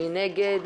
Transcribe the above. מי נגד?